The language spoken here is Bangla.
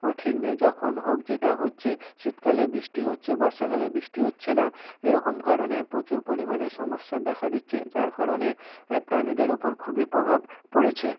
কোনও ঠিক নেই যখন হোক যেটা হচ্ছে শীতকালে বৃষ্টি হচ্ছে বর্ষাকালে বৃষ্টি হচ্ছে না এরকম কারণে প্রচুর পরিমাণে সমস্যার দেখা দিচ্ছে যার কারণে প্রাণীদের উপর খুবই প্রভাব পড়েছে